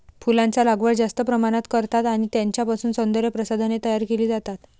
फुलांचा लागवड जास्त प्रमाणात करतात आणि त्यांच्यापासून सौंदर्य प्रसाधने तयार केली जातात